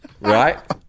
Right